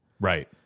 Right